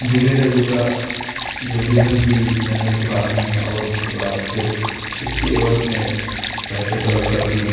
دلہے کا جوتا جو دلہن کی بہنیں چھپاتی ہیں اور اس کے بعد پھر اس کے عوض میں پیسے طلب کرتی ہیں